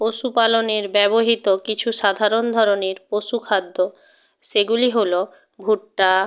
পশুপালনের ব্যবহৃত কিছু সাধারণ ধরনের পশু খাদ্য সেগুলি হল ভুট্টা